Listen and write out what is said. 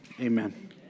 Amen